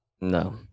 No